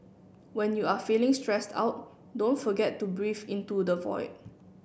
when you are feeling stressed out don't forget to breathe into the void